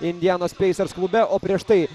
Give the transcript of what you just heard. indianos pacers klube o prieš tai